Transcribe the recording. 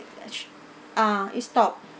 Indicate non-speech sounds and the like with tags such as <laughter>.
<noise> ah it stopped